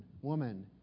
woman